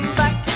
back